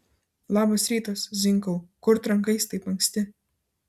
labas rytas zinkau kur trankais taip anksti